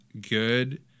good